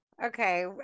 Okay